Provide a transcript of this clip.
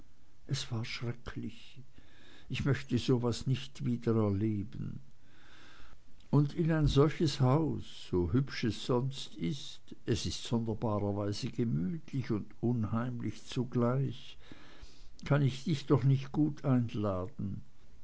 es war schrecklich ich möchte so was nicht wieder erleben und in ein solches haus so hübsch es sonst ist es ist sonderbarerweise gemütlich und unheimlich zugleich kann ich dich doch nicht gut einladen